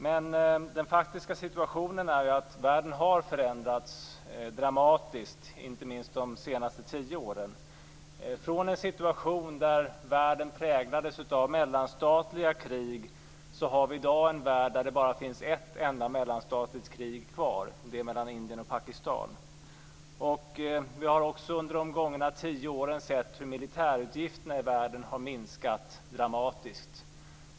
Men den faktiska situationen är ju att världen har förändrats dramatiskt, inte minst de senaste tio åren. Från en situation där världen präglades av mellanstatliga krig har vi i dag en värld där det bara finns ett enda mellanstatligt krig kvar, nämligen det mellan Vi har också under de gångna tio åren sett hur militärutgifterna i världen har minskat dramatiskt.